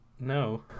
no